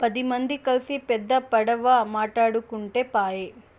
పది మంది కల్సి పెద్ద పడవ మాటాడుకుంటే పాయె